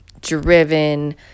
driven